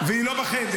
היא לא בחדר.